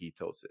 ketosis